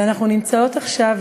ואנחנו נמצאות עכשיו,